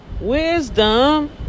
wisdom